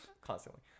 constantly